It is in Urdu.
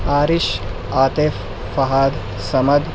عارش عاطف فہد صمد